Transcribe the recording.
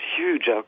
huge